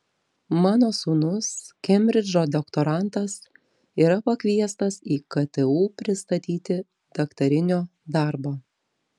mano sūnus kembridžo doktorantas yra pakviestas į ktu pristatyti daktarinio darbo